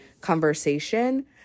conversation